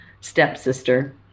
stepsister